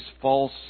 false